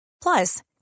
Plus